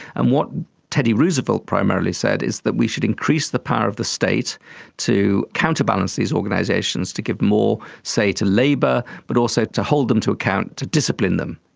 and what teddy roosevelt primarily said is that we should increase the power of the state to counterbalance these organisations, to give more, say, to labour but also to hold them to account, to discipline them.